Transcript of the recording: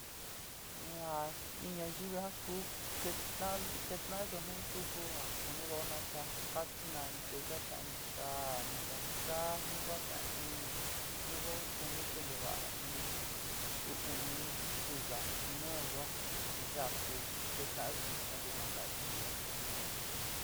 In'a in ñayivi ja kuú ketna ketnayo jin kuku ja kuniva'o nasá katna nteyu jataini kaá nasa kanu kua jata'an ini, nu ku ja kuni konte va'a in uú uni kue yaa chi nu nuúyó te ya ku ketanyo jin te ta'antayo jin.